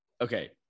okay